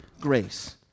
grace